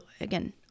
again